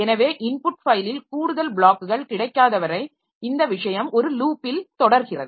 எனவே இன்புட் ஃபைலில் கூடுதல் ப்ளாக்குகள் கிடைக்காத வரை இந்த விஷயம் ஒரு லூப்பில் தொடர்கிறது